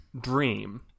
dream